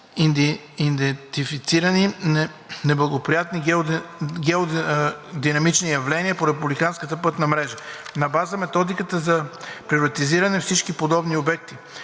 идентифицирани неблагоприятни геодинамични явления по републиканската пътна мрежа. На база методиката са приоритизирани всички подадени обекти.